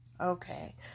Okay